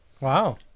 Wow